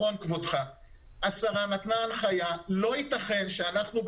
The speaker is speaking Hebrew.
השרה נתנה הנחייה: שלא ייתכן שאנחנו,